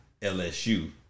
LSU